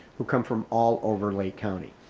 who come from all over lake county.